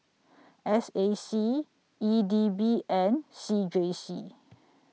S A C E D B and C J C